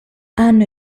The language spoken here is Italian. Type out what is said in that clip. hanno